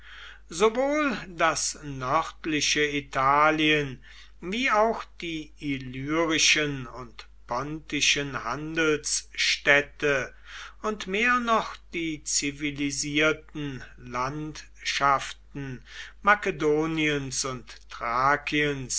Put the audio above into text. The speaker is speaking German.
sowohl das nördliche italien wie auch die illyrischen und pontischen handelsstädte und mehr noch die zivilisierten landschaften makedoniens und